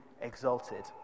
exalted